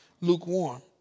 lukewarm